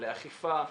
לאכיפה,